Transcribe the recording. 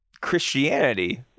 Christianity